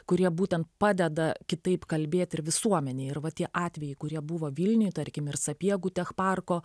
kurie būtent padeda kitaip kalbėt ir visuomenei ir va tie atvejai kurie buvo vilniuje tarkim ir sapiegų techparko